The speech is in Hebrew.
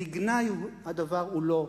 לגנאי הדבר הוא לו,